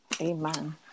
Amen